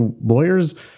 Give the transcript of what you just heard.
lawyers